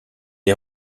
est